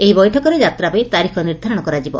ଏହି ବୈଠକରେ ଯାତ୍ରା ପାଇଁ ତାରିଖ ନିର୍ଦ୍ଧାରଣ କରାଯିବ